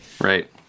right